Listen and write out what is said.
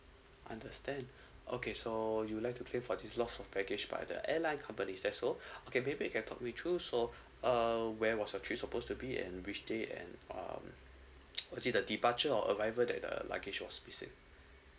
understand okay so you'd like to claim for the loss of baggage by the airline companies that so okay maybe you can talk me through so um where was your trip supposed to be and which day and um was it the departure or arrival that uh luggage was missing